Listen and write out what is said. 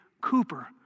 Cooper